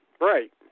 Right